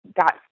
got